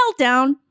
meltdown